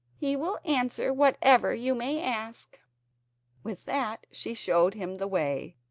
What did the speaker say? he will answer whatever you may ask with that she showed him the way,